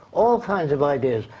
all kinds of ideas.